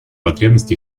потребность